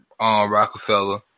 Rockefeller